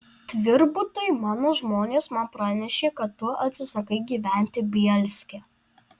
tvirbutai mano žmonės man pranešė kad tu atsisakai gyventi bielske